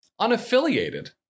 Unaffiliated